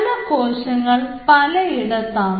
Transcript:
പല കോശങ്ങൾ പല ഇടത്താണ്